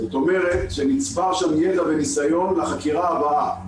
זאת אומרת שנצבר שם ידע וניסיון לחקירה הבאה.